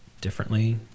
differently